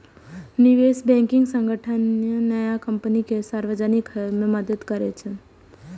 निवेश बैंकिंग संगठन नया कंपनी कें सार्वजनिक होइ मे मदति करै छै